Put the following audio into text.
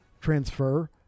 transfer